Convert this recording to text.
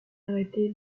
arrêté